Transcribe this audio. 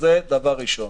זה דבר ראשון.